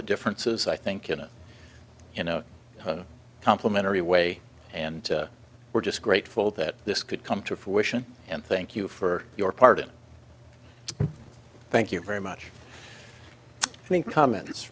differences i think in a in a complimentary way and we're just grateful that this could come to fruition and thank you for your pardon thank you very much comments